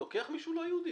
הוא לוקח מישהו לא יהודי,